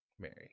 mary